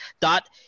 dot